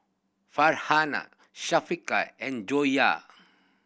Farhanah Syafiqah and Joyah